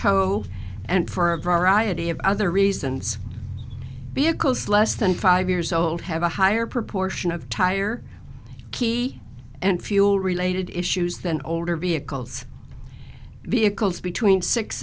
tow and for a variety of other reasons because less than five years old have a higher proportion of tire key and fuel related issues than older vehicles vehicles between six